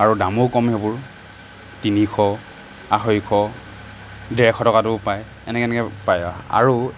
আৰু দামো কম সেইবোৰ তিনিশ আঢ়ৈশ দেৰশ টকাতো পায় এনেকে এনেকে পায় আৰু